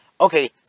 okay